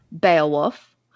Beowulf